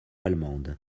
allemande